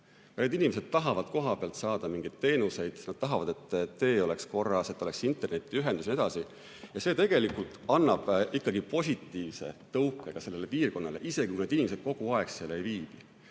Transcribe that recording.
Need inimesed tahavad kohapealt saada mingeid teenuseid, nad tahavad, et tee oleks korras, et neil oleks internetiühendus jne. See tegelikult annab ikkagi positiivse tõuke ka sellele piirkonnale, isegi kui need inimesed kogu aeg seal ei viibi.